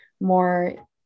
more